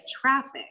traffic